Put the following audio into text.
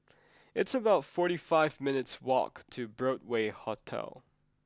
it's about forty five minutes' walk to Broadway Hotel